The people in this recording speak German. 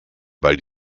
weil